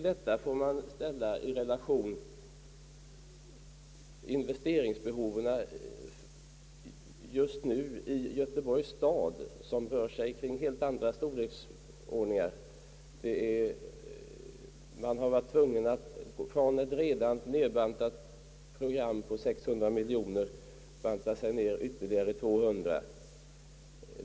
Dessa siffror skall ställas i relation till investeringsbehoven just nu i Göteborgs stad, vilka är av en helt annan storleksordning. Ett redan nedbantat program på 600 miljoner har man varit tvungen att banta ned med ytterligare 200 miljoner.